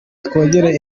twongere